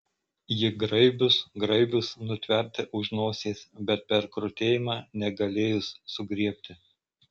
ji graibius graibius nutverti už nosies bet per krutėjimą negalėjus sugriebti